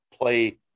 play